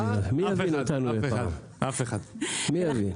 ההזמנות הבין-לאומיים יכולים לעשות את זה.